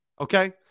Okay